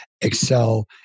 Excel